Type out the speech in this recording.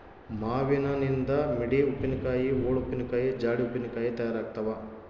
ಮಾವಿನನಿಂದ ಮಿಡಿ ಉಪ್ಪಿನಕಾಯಿ, ಓಳು ಉಪ್ಪಿನಕಾಯಿ, ಜಾಡಿ ಉಪ್ಪಿನಕಾಯಿ ತಯಾರಾಗ್ತಾವ